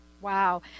Wow